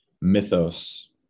mythos